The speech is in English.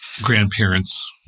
grandparents